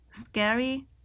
scary